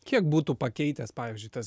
kiek būtų pakeitęs pavyzdžiui tas